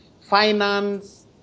Finance